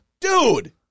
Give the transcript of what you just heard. dude